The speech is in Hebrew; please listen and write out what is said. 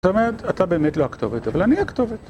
זאת אומרת, אתה באמת לא הכתובת, אבל אני הכתובת.